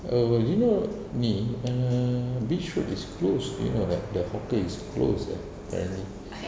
oh you know ni err beach road is closed do you know that the hawker is closed apparently